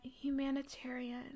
humanitarian